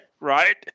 right